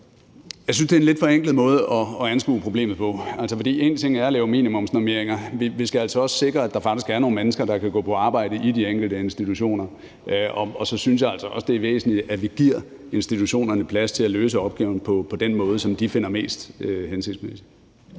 Jeg synes bare, det er en lidt forenklet måde at anskue problemet på. En ting er at lave minimumsnormeringer. En anden ting er, at vi altså også skal sikre, at der faktisk er nogle mennesker, der kan gå på arbejde i de enkelte institutioner. Og så synes jeg altså også, det er væsentligt, at vi giver institutionerne plads til at løse opgaverne på den måde, som de finder mest hensigtsmæssig.